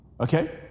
Okay